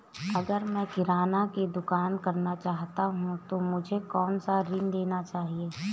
अगर मैं किराना की दुकान करना चाहता हूं तो मुझे कौनसा ऋण लेना चाहिए?